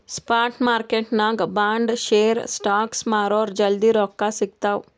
spot ಮಾರ್ಕೆಟ್ನಾಗ್ bond, share, stocks ಮಾರುರ್ ಜಲ್ದಿ ರೊಕ್ಕಾ ಸಿಗ್ತಾವ್